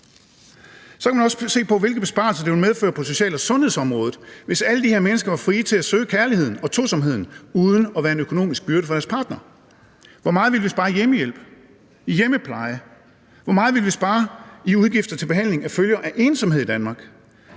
Så kan man også se på, hvilke besparelser det vil medføre på social- og sundhedsområdet, hvis alle de her mennesker var frie til at søge kærligheden og tosomheden uden at være en økonomisk byrde for deres partner. Hvor meget ville vi spare i hjemmehjælp, i hjemmepleje? Hvor meget ville vi spare i udgifter til behandling af følger af ensomhed i Danmark?